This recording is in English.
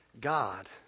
God